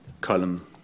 column